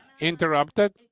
interrupted